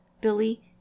Billy